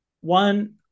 one